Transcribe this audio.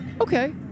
okay